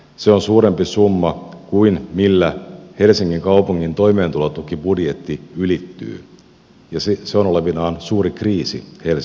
se on suurempi summa kuin millä helsingin kaupungin toimeentulotukibudjetti ylittyy ja se on olevinaan suuri kriisi helsingissä